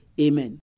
Amen